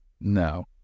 No